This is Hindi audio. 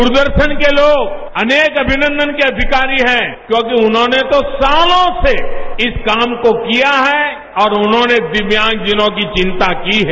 द्ररदर्शन के लोग अनेक अभिनंदन के अधिकारी है क्योंकि उन्होंने तो सालों से इस काम को किया है और उन्होंने दिव्यांगजनों की विंता की है